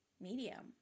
medium